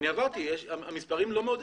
אני עברתי, המספרים לא מעודדים.